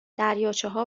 دریاچهها